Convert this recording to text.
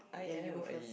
ya you go first